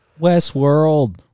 Westworld